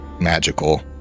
magical